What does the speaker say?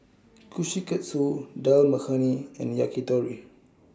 Kushikatsu Dal Makhani and Yakitori